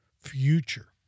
future